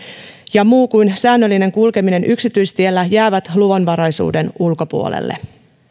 ja muu kuin säännöllinen kulkeminen yksityistiellä jäävät luvanvaraisuuden ulkopuolelle